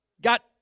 Got